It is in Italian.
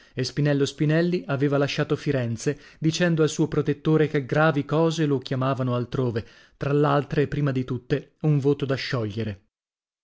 e spinello spinelli aveva lasciato firenze dicendo al suo protettore che gravi cose lo chiamavano altrove tra l'altre e prima di tutte un voto da sciogliere